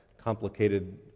complicated